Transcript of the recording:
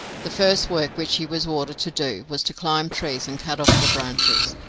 the first work which he was ordered to do was to climb trees and cut off the branches,